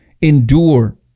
endure